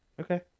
Okay